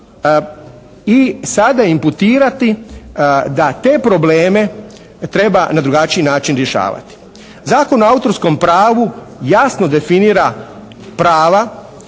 i sada imputirati da te probleme treba na drugačiji način rješavati. Zakon o autorskom pravu jasno definira prava